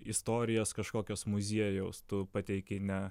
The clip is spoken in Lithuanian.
istorijas kažkokios muziejaus tu pateiki ne